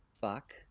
fuck